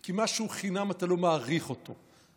כי משהו שהוא חינם, אתה לא מעריך אותו.